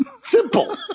Simple